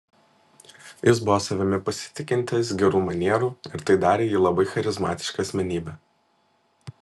jis buvo savimi pasitikintis gerų manierų ir tai darė jį labai charizmatiška asmenybe